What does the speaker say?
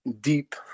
deep